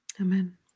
Amen